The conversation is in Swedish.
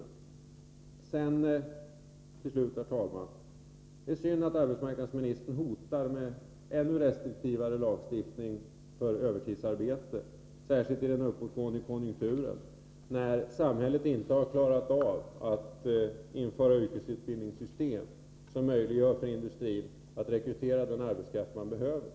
Till slut, herr talman, vill jag säga att där är synd att arbetsmarknadsministern hotar med ännu restriktivare lagstiftning för övertidsarbete, särskilt i den uppåtgående konjunkturen, när samhället inte har klarat av att införa yrkesutbildningssystem som möjliggör för industrin att rekrytera den arbetskraft man behöver.